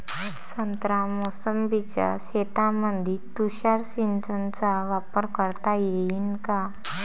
संत्रा मोसंबीच्या शेतामंदी तुषार सिंचनचा वापर करता येईन का?